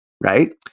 right